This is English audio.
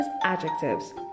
adjectives